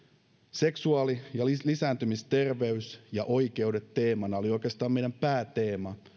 seksuaali ja lisääntymisterveys ja oikeudet teemana oli oikeastaan meidän pääteema